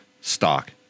stock